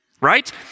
right